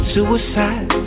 Suicide